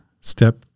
step